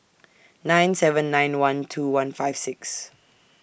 nine seven nine one two one five six